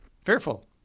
fearful